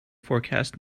forecast